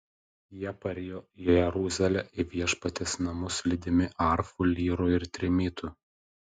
jie parėjo į jeruzalę į viešpaties namus lydimi arfų lyrų ir trimitų